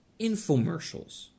infomercials